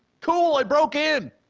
cool. i broke in,